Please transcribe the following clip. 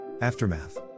Aftermath